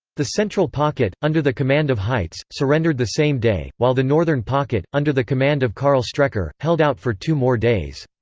the central pocket, under the command of heitz, surrendered the same day, while the northern pocket, under the command of karl strecker, held out for two more days.